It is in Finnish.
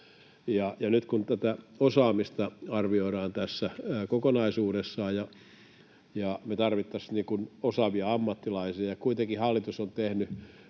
Nyt kun tätä osaamista arvioidaan tässä kokonaisuudessaan ja me tarvittaisiin osaavia ammattilaisia, niin kuitenkin hallitus on tehnyt